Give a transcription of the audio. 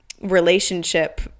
relationship